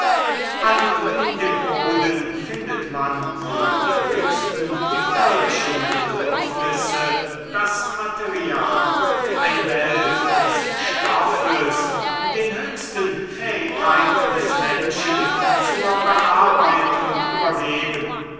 an und in dem boden findet man für die höchsten irdischen bedürfnisse das material eine welt des stoffes den höchsten fähigkeiten des menschen zur bearbeitung übergeben